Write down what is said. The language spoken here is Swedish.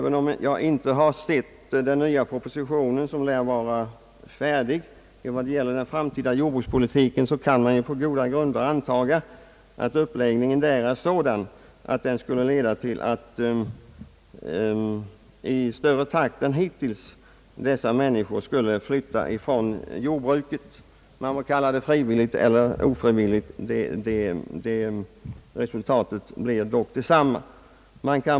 Ehuru jag inte sett propositionen om den framtida jordbrukspolitiken — förslaget lär ju vara färdigt — kan man på goda grunder antaga att uppläggningen är sådan att den kommer att leda till bortflyttning från jordbruket i ännu hastigare takt än hittills — man må kalla det frivilligt eller ofrivilligt, resultatet blir dock detsamma.